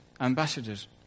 ambassadors